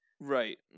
Right